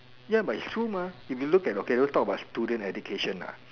ya but it's true mah if you look at okay don't talk about student education ah